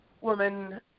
woman